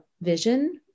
vision